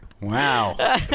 Wow